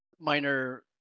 Minor